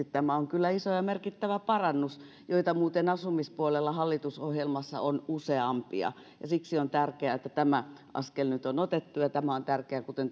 tämä on kyllä iso ja merkittävä parannus joita muuten asumispuolella hallitusohjelmassa on useampia siksi on tärkeää että tämä askel nyt on otettu ja tämä on tärkeä kuten